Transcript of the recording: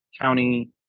county